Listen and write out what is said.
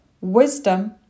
wisdom